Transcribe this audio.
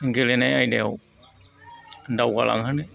गेलेनाय आयदायाव दावगालांहोनो